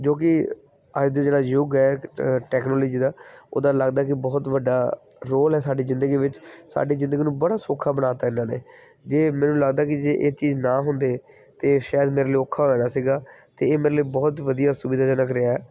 ਜੋ ਕਿ ਅੱਜ ਦੇ ਜਿਹੜਾ ਯੁੱਗ ਆ ਇੱਕ ਟੈਕਨੋਲੋਜੀ ਦਾ ਉਹਦਾ ਲੱਗਦਾ ਕਿ ਬਹੁਤ ਵੱਡਾ ਰੋਲ ਆ ਸਾਡੀ ਜ਼ਿੰਦਗੀ ਵਿੱਚ ਸਾਡੀ ਜ਼ਿੰਦਗੀ ਨੂੰ ਬੜਾ ਸੌਖਾ ਬਣਾ ਤਾਂ ਇਹਨਾਂ ਨੇ ਜੇ ਮੈਨੂੰ ਲੱਗਦਾ ਕਿ ਇਹ ਚੀਜ਼ ਨਾ ਹੁੰਦੇ ਤਾਂ ਸ਼ਾਇਦ ਮੇਰੇ ਲਈ ਔਖਾ ਹੋ ਜਾਣਾ ਸੀਗਾ ਅਤੇ ਇਹ ਮੇਰੇ ਲਈ ਬਹੁਤ ਵਧੀਆ ਸੁਵਿਧਾਜਨਕ ਰਿਹਾ